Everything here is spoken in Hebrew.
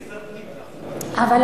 מניסיוני כשר הפנים: האפשרות,